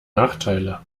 nachteile